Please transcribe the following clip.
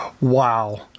Wow